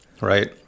Right